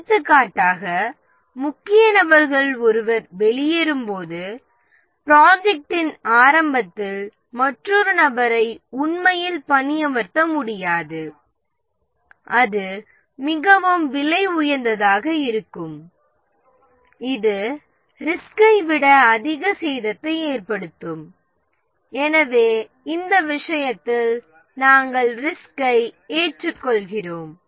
எடுத்துக்காட்டாக முக்கிய நபர்களில் ஒருவர் வெளியேறும் போது ப்ரொஜெக்ட்டின் ஆரம்பத்தில் மற்றொரு நபரை உண்மையில் பணியமர்த்த முடியாது அது மிகவும் விலை உயர்ந்ததாக இருக்கும் இது ரிஸ்கை விட அதிக சேதத்தை ஏற்படுத்தும் எனவே இந்த விஷயத்தில் நாம் ரிஸ்கை ஏற்றுக்கொள்கிறோம்